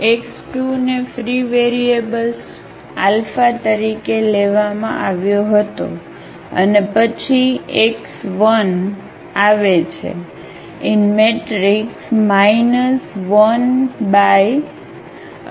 X 2 ને free variables તરીકે લેવામાં આવ્યો હતો અને પછી x1 આવે છે 12 1